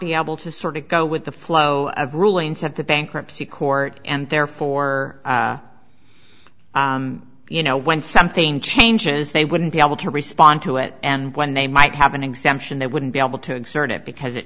be able to sort of go with the flow of rulings have the bankruptcy court and therefore you know when something changes they wouldn't be able to respond to it and when they might have an exemption they wouldn't be able to insert it because it